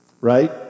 Right